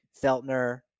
Feltner